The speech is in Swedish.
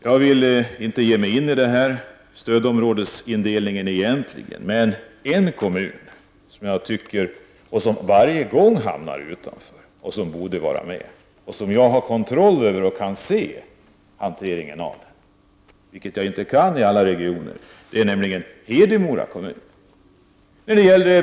Jag vill egentligen inte ge mig in på att diskutera stödområdesindelningen, men en kommun som varje gång hamnar utanför, som jag tycker borde vara med och som jag kan se hur den hanteras, vilket jag inte kan i fråga om alla kommuner, är Hedemora.